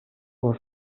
was